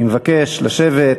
אני מבקש לשבת,